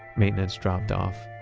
maintenance dropped off.